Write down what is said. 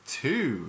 two